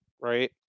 right